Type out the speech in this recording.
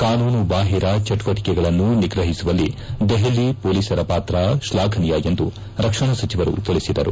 ಕಾನೂನುಬಾಹಿರ ಚಟುವಟಿಕೆಗಳನ್ನು ನಿಗ್ರಹಿಸುವಲ್ಲಿ ದೆಹಲಿ ಹೊಲೀಸರ ಪಾತ್ರ ಶ್ಲಾಘನೀಯ ಎಂದು ರಕ್ಷಣಾ ಸಚಿವರು ತಿಳಿಸಿದರು